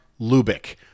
Lubick